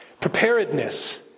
Preparedness